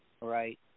right